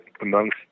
amongst